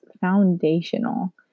foundational